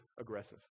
aggressive